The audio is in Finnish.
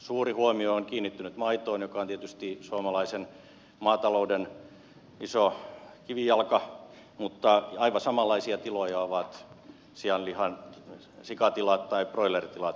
suuri huomio on kiinnittynyt maitoon joka on tietysti suomalaisen maatalouden iso kivijalka mutta aivan samanlaisia tiloja ovat sikatilat tai broileritilat